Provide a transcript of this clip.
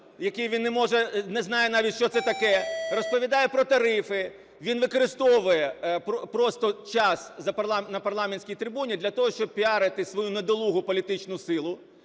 який він не може… не знає навіть, що це таке, розповідає про тарифи, він використовує просто час на парламентській трибуні для того, щоб піарити свою недолугу політичну силу